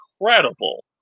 incredible